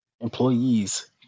employees